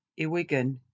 Iwigan